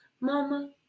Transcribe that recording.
Mama